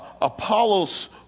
Apollos